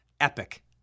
epic